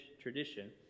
tradition